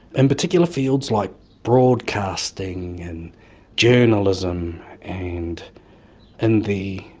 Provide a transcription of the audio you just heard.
in particular fields like broadcasting and journalism and in the